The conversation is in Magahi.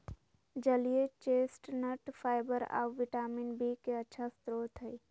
जलीय चेस्टनट फाइबर आऊ विटामिन बी के अच्छा स्रोत हइ